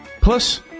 Plus